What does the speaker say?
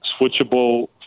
switchable